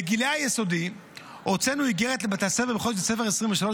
לגילאי היסודי הוצאנו איגרת לבתי הספר בחודש דצמבר 2023,